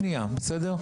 שנייה, בסדר?